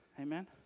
Amen